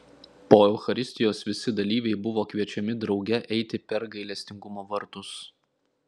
po eucharistijos visi dalyviai buvo kviečiami drauge eiti per gailestingumo vartus